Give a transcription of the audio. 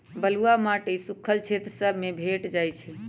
बलुआ माटी सुख्खल क्षेत्र सभ में भेंट जाइ छइ